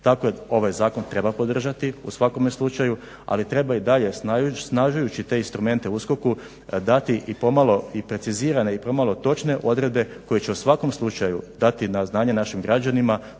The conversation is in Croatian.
Tako je ovaj zakon treba podržati u svakome slučaju ali treba i dalje osnažujući te instrumente u USKOK-u dati i pomalo i precizirane i pomalo točne odredbe koje su u svakom slučaju dati na znanje našim građanima